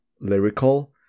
lyrical